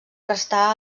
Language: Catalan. restà